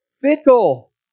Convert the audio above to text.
fickle